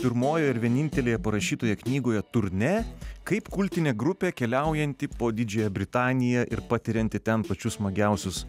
pirmojoje ir vienintelėje parašytoje knygoje turnė kaip kultinė grupė keliaujanti po didžiąją britaniją ir patirianti ten pačius smagiausius